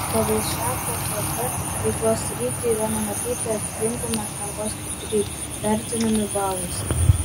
pagal šią kpp veiklos sritį yra numatyti atitinkami atrankos kriterijai vertinami balais